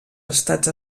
estats